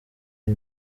iyi